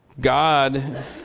God